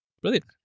brilliant